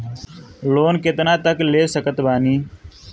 Loan कितना तक ले सकत बानी?